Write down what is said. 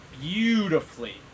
Beautifully